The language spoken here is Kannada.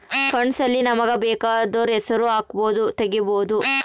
ಫಂಡ್ಸ್ ಅಲ್ಲಿ ನಮಗ ಬೆಕಾದೊರ್ ಹೆಸರು ಹಕ್ಬೊದು ತೆಗಿಬೊದು